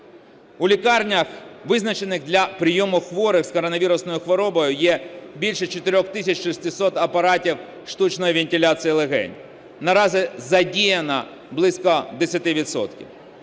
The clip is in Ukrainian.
У лікарнях, визначених для прийому хворих з коронавірусною хворобою, є більше 4 тисяч 600 апаратів штучної вентиляції легень. Наразі задіяно близько 10